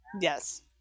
Yes